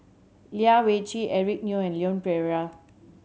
Lai Weijie Eric Neo and Leon Perera